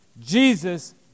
Jesus